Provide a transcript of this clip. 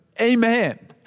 Amen